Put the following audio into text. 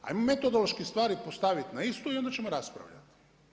Ajmo metodološki stvari postaviti na istu i onda ćemo raspravljati.